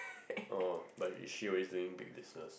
oh but is she always doing big business